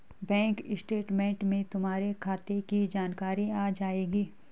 bank statement में तुम्हारे खाते की जानकारी आ जाएंगी